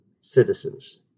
citizens